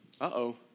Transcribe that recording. Uh-oh